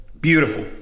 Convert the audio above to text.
beautiful